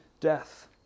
death